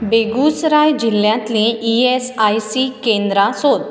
बेगुसराय जिल्ल्यांतलीं E S I C केंद्रां सोद